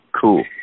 Cool